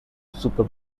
super